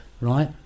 right